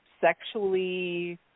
sexually